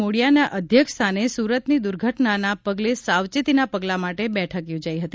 મોડીયાના અધ્યક્ષસ્થાને સુરતની દુર્ઘટનાના પગલે સાવચેતીના પગલાં માટે બેઠક યોજાઈ હતી